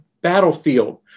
battlefield